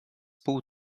pół